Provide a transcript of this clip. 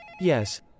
Yes